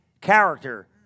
character